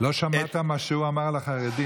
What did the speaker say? לא שמעת את מה שהוא אמר על החרדים.